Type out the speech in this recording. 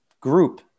group